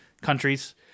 countries